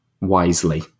wisely